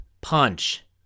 punch